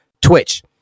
Twitch